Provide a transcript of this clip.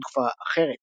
בן תקופה אחרת.